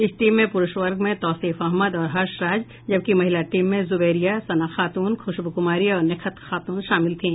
इस टीम में पुरूष वर्ग में तौसीफ अहमद और हर्ष राज जबकि महिला टीम में जुबैरिया सना खातुन खुशबू कुमारी और निखत खातुन शामिल थीं